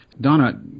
Donna